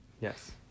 Yes